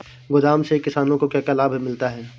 गोदाम से किसानों को क्या क्या लाभ मिलता है?